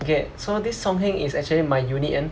okay so this song heng is actually my unit [one]